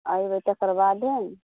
अयबै तकर बादे ने